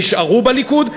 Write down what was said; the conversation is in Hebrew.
נשארו בליכוד,